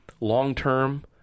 Long-term